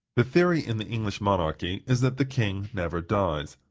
the theory in the english monarchy is, that the king never dies.